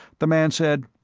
the man said,